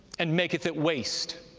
and maketh it waste,